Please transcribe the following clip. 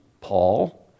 Paul